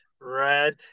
red